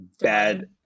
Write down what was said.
Bad